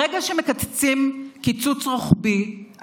ברגע שמקצצים קיצוץ רוחבי,